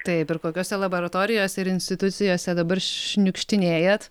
taip ir kokiose laboratorijose ir institucijose dabar šniukštinėjat